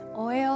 oil